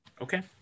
okay